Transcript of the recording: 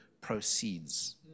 proceeds